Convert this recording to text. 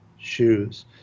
shoes